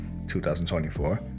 2024